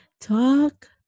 talk